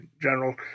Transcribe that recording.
General